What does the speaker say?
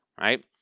right